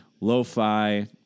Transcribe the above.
lo-fi